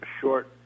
short